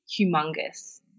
humongous